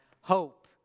hope